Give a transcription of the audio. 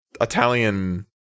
Italian